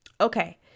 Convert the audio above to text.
Okay